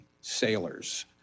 sailors